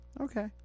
okay